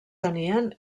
tenien